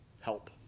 help